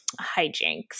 hijinks